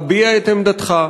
הבע את עמדתך.